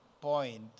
point